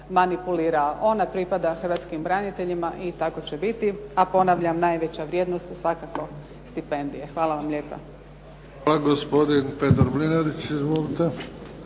manipulirao. Ona pripada hrvatskim braniteljima i tako će biti. A ponavljam, najveća vrijednost su svakako stipendije. Hvala vam lijepa. **Bebić, Luka (HDZ)** Pa gospodin Petar Mlinarić. Izvolite.